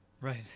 right